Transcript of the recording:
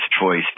choice